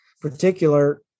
particular